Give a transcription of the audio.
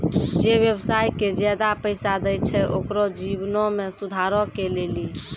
जे व्यवसाय के ज्यादा पैसा दै छै ओकरो जीवनो मे सुधारो के लेली